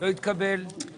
הצבעה